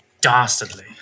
dastardly